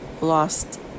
lost